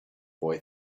boy